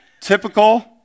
typical